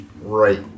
Right